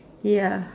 ya